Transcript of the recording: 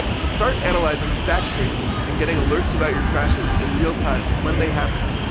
to start analyzing stack traces and getting alerts about your crashes in real time when they happen,